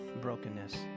brokenness